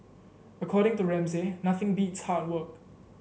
according to Ramsay nothing beats hard work